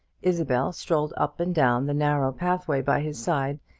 isabel strolled up and down the narrow pathway by his side,